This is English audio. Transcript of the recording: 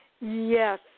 Yes